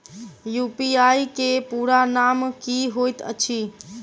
UPI केँ पूरा नाम की होइत अछि?